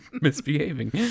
misbehaving